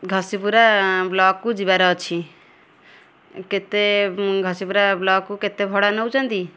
ଘସିପୁରା ବ୍ଲକ୍କୁ ଯିବାର ଅଛି କେତେ ଘସିପୁରା ବ୍ଲକ୍କୁ କେତେ ଭଡ଼ା ନେଉଛନ୍ତି